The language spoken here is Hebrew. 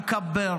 בתי הקברות,